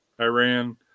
Iran